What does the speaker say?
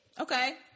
okay